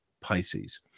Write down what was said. Pisces